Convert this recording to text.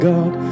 God